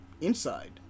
Inside